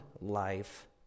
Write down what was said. life